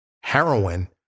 Heroin